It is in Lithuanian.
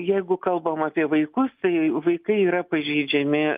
jeigu kalbam apie vaikus tai vaikai yra pažeidžiami